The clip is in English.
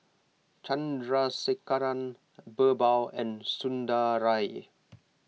Chandrasekaran Birbal and Sundaraiah